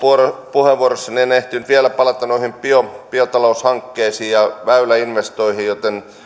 puheenvuorossani en ehtinyt vielä palata noihin biotaloushankkeisiin ja väyläinvestointeihin joten